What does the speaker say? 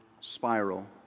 spiral